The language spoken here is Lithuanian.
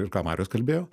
ir ką marius kalbėjo